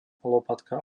lopatka